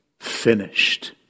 finished